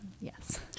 Yes